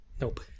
Nope